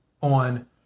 on